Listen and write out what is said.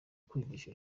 kwigisha